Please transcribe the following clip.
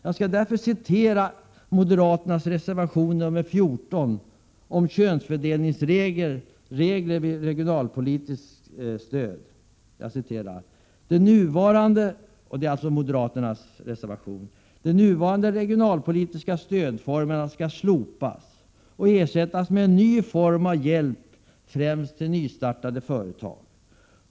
Jag skall citera moderaternas reservation nr 14 om könsfördelningsregler vid regionalpolitiskt stöd: ”De nuvarande regionalpolitiska stödformerna skall slopas och ersättas av en ny form för hjälp till främst nystartade företag.